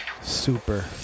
Super